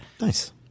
nice